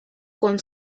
con